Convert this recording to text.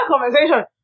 conversation